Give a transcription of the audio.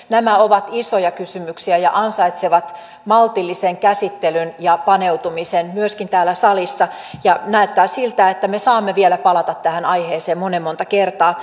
nämä ovat isoja kysymyksiä ja ansaitsevat maltillisen käsittelyn ja paneutumisen myöskin täällä salissa ja näyttää siltä että me saamme palata tähän aiheeseen vielä monen monta kertaa